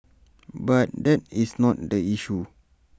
but that is not the issue